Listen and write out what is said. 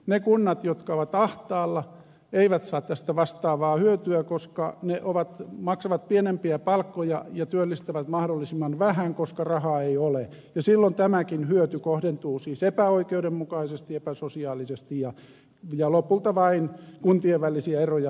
ne kunnat jotka ovat ahtaalla eivät saa tästä vastaavaa hyötyä koska ne maksavat pienempiä palkkoja ja työllistävät mahdollisimman vähän koska rahaa ei ole ja silloin tämäkin hyöty kohdentuu siis epäoikeudenmukaisesti epäsosiaalisesti ja lopulta vain kuntien välisiä eroja lisäten